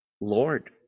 Lord